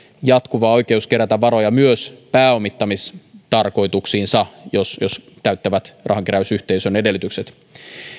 jatkuva oikeus kerätä varoja myös pääomittamistarkoituksessa jos jos ne täyttävät rahankeräysyhteisön edellytykset